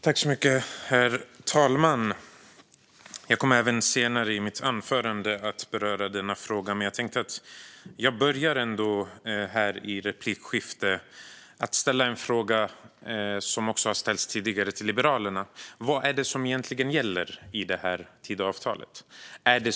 Herr talman! Jag kommer senare i mitt anförande att beröra samma fråga, men jag börjar ändå här i ett replikskifte att ställa en fråga som ställdes tidigare till Liberalerna om vad som egentligen gäller i Tidöavtalet.